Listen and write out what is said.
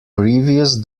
previous